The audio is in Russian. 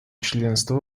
членства